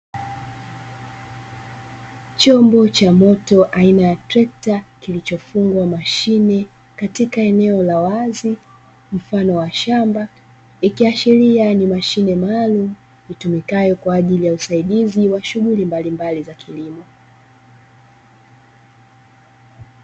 Chombo cha moto aina ya trekta, kilichofungwa mashine katika eneo la wazi mfano wa shamba, ikiashiria ni mashine maalumu itumikayo kwa ajili ya usaidizi wa shughuli mbalimbali za kilimo.